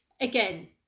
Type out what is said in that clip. again